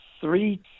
three